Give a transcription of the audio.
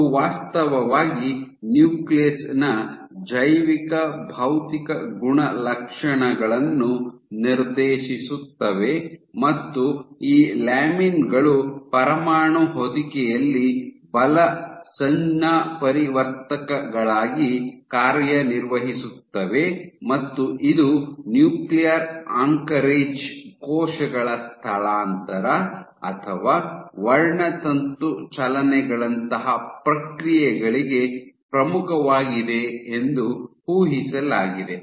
ಅವು ವಾಸ್ತವವಾಗಿ ನ್ಯೂಕ್ಲಿಯಸ್ ನ ಜೈವಿಕ ಭೌತಿಕ ಗುಣಲಕ್ಷಣಗಳನ್ನು ನಿರ್ದೇಶಿಸುತ್ತವೆ ಮತ್ತು ಈ ಲ್ಯಾಮಿನ್ ಗಳು ಪರಮಾಣು ಹೊದಿಕೆಯಲ್ಲಿ ಬಲ ಸಂಜ್ಞಾಪರಿವರ್ತಕಗಳಾಗಿ ಕಾರ್ಯನಿರ್ವಹಿಸುತ್ತವೆ ಮತ್ತು ಇದು ನ್ಯೂಕ್ಲಿಯರ್ ಆಂಕಾರೇಜ್ ಕೋಶಗಳ ಸ್ಥಳಾಂತರ ಅಥವಾ ವರ್ಣತಂತು ಚಲನೆಗಳಂತಹ ಪ್ರಕ್ರಿಯೆಗಳಿಗೆ ಪ್ರಮುಖವಾಗಿದೆ ಎಂದು ಊಹಿಸಲಾಗಿದೆ